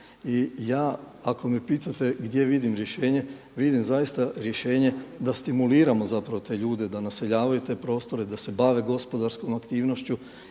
I ja ako me pitate gdje vidim rješenje, vidim rješenje da stimuliramo te ljude da naseljavaju te prostore, da se bave gospodarskom aktivnošću.